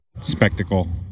spectacle